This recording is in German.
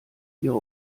ihre